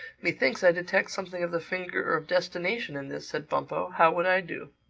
methinks i detect something of the finger of destination in this, said bumpo. how would i do?